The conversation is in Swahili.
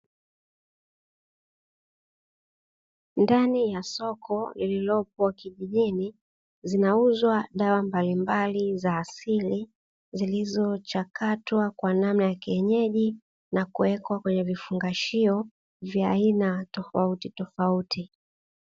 Ndani ya soko lililopo kijijini zinauzwa dawa mbalimbali za asili zilizochakatwa kwa namna ya kienyeji na kuwekwa kwenye vifungashio vya aina tofautitofauti.